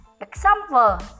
Example